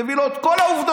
מביא לו את כל העובדות.